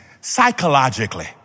psychologically